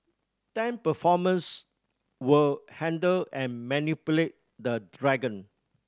ten performers will handle and manipulate the dragon